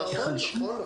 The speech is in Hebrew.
נכון.